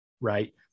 right